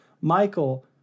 Michael